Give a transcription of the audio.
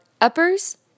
uppers